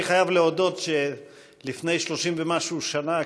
אני חייב להודות שלפני 30 ומשהו שנה,